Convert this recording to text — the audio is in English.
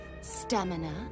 stamina